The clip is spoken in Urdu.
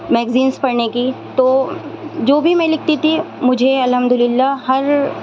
میگزینس پڑھنے کی تو جو بھی میں لکھتی تھی مجھے الحمد لِلّہ ہر